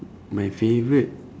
my favourite